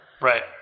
Right